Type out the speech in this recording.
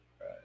Right